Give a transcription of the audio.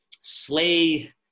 slay